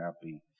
happy